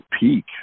peak